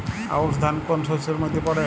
আউশ ধান কোন শস্যের মধ্যে পড়ে?